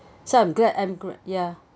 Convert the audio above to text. so I'm glad I'm glad ya